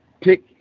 Pick